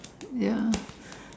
ya